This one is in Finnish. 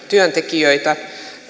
työntekijöitä